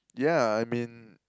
yeah I mean